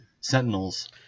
Sentinels